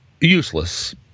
useless